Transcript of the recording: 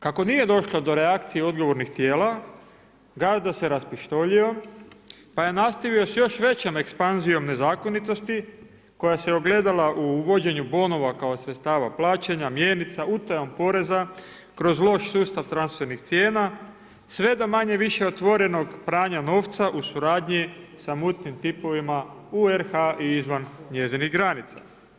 Kako nije došlo do reakcije odgovornih tijela, gazda se raspištoljio pa je nastavio s još većom ekspanzijom nezakonitosti koja se ogledala u uvođenju bonova kao sredstava plaćanja, mjenica, utajom poreza kroz loš sustav transfernih cijela, sve do manje-više otvorenog pranja novca u suradnji sa mutnim tipovima u RH i izvan njezinih granica.